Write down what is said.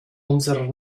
unserer